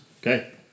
Okay